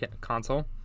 console